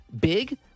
big